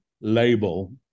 label